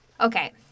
Okay